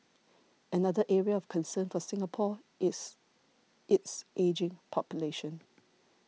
another area of concern for Singapore is its ageing population